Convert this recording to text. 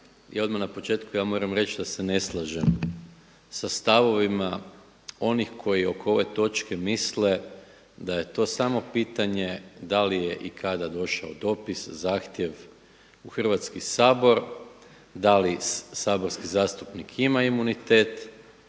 I odmah na početku ja moram reći da se ne slažem sa stavovima onih koji oko ove točke misle da je to samo pitanje da li je i kada došao dopis, zahtjev u Hrvatski sabor, da li saborski zastupnik ima imunitet